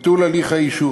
ביטול הליך האישור,